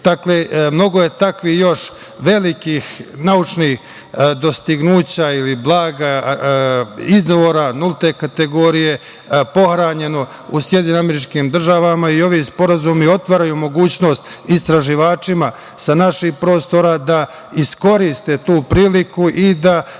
mnogo je takvih još velikih naučnih dostignuća ili blaga, izvora nulte kategorije, pohranjeno u SAD i ovim sporazumi otvaraju mogućnost istraživačima sa naših prostora da iskoriste tu priliku, i da,